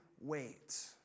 wait